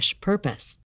purpose